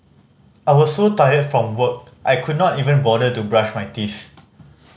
I was so tired from work I could not even bother to brush my teeth